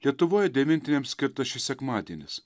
lietuvoj devintinėms skirtas šis sekmadienis